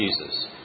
Jesus